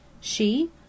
She